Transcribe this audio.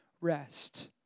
rest